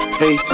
hey